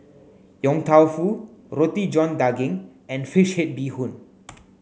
Yong Tau Foo Roti John Daging and fish head Bee Hoon